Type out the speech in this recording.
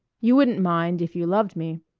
you wouldn't mind if you loved me.